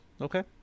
Okay